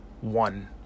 One